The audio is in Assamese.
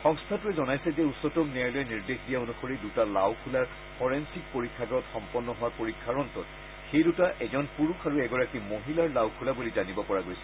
সংস্থাটোৱে জনাইছে যে উচ্চতম ন্যায়ালয়ে নিৰ্দেশ দিয়া অন্সৰি দটা লাওখোলাৰ ফৰেনচিক পৰীক্ষাগাৰত সম্পন্ন হোৱা পৰীক্ষাৰ অন্তত সেই দটা এজন পুৰুষ আৰু এগৰাকী মহিলাৰ লাওখোলা বুলি জানিব পৰা গৈছে